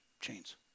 chains